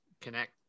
Connect